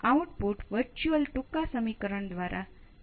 આ પ્રકારના સમીકરણનો ઉકેલ શું છે